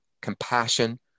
compassion